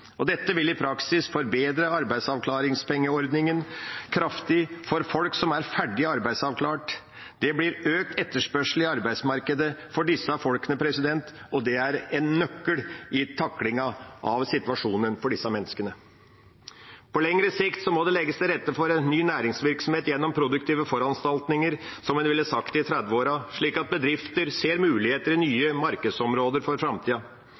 Dette vil i praksis forbedre arbeidsavklaringspengeordningen kraftig for folk som er ferdig arbeidsavklart. Det blir økt etterspørsel i arbeidsmarkedet etter disse folka, og det er en nøkkel i taklingen av situasjonen for disse menneskene. På lengre sikt må det legges til rette for ny næringsvirksomhet gjennom produktive foranstaltninger, som en ville sagt i 1930-åra, slik at bedrifter ser muligheter i nye markedsområder for framtida.